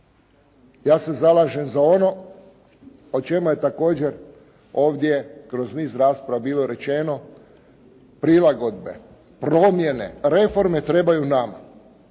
ja se zalažem za ono o čemu je također ovdje kroz niz rasprava bilo rečeno prilagodbe, promjene, reforme trebaju nama